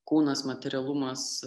kūnas materialumas